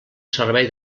servei